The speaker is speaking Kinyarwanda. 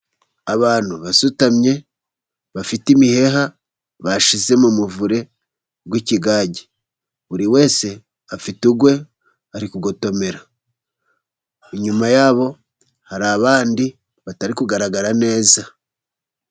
Abantu basutamye, bafite imiheha bashize mu muvure w'ikigage, buri wese afite uwe arikugotomera, inyuma yabo hari abandi batari kugaragara neza.